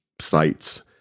sites